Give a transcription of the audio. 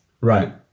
right